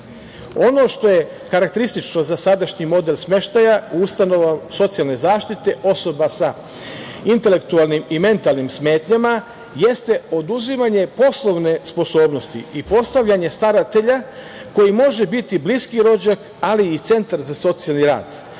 što je karakteristično za sadašnji model smeštaja u ustanovama socijalne zaštite osoba sa intelektualnim i mentalnim smetnjama, jeste oduzimanje poslovne sposobnosti i postavljanje staratelja koji može biti bliski rođak, ali i Centar za socijalni rad.